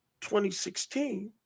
2016